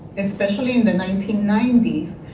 especially in the nineteen ninety s,